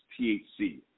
THC